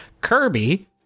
Kirby